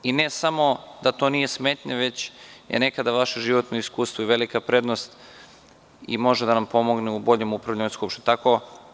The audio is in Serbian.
Ne samo da to nije smetnja, već je nekada vaše životno iskustvo i velika prednost i može da nam pomogne u boljem upravljanju Skupštinom.